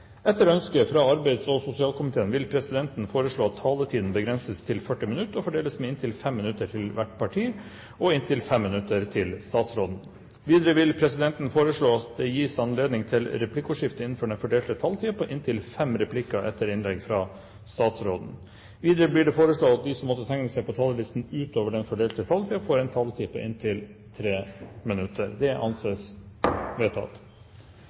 Etter ønske fra arbeids- og sosialkomiteen vil presidenten foreslå at taletiden begrenses til 40 minutter og fordeles med inntil 5 minutter til hvert parti og inntil 5 minutter til statsråden. Videre vil presidenten foreslå at det gis anledning til replikkordskifte på inntil fem replikker med svar etter innlegg fra statsråden innenfor den fordelte taletid. Videre blir det foreslått at de som måtte tegne seg på talerlisten utover den fordelte taletid, får en taletid på inntil 3 minutter. – Det anses vedtatt.